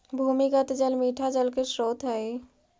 भूमिगत जल मीठा जल के स्रोत हई